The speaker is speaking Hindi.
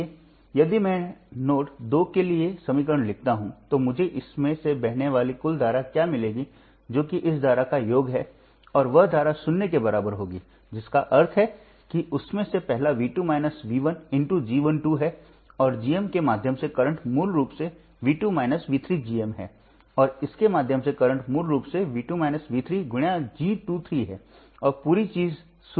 इसलिए यदि मैं नोड 2 के लिए समीकरण लिखता हूं तो मुझे इसमें से बहने वाली कुल धारा क्या मिलेगी जो कि इस धारा का योग है और वह धारा शून्य के बराबर होगी जिसका अर्थ है कि उनमें से पहला V2 V1 × G 1 2 है और G m के माध्यम से करंट मूल रूप से V 2 V 3 G m है और इसके माध्यम से करंट मूल रूप से V 2 V 3 × G 2 3 है और पूरी चीज 0 के बराबर है